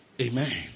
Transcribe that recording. Amen